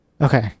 Okay